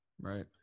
Right